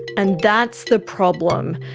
and that's the problem.